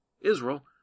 Israel